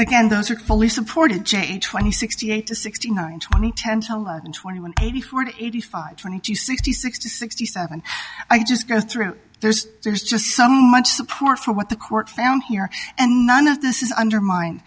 again those are fully supported j twenty sixty eight to sixty nine and twenty ten tell and twenty one eighty four to eighty five twenty to sixty sixty sixty seven i just go through there's there's just so much support for what the court found here and none of this is undermined